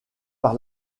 par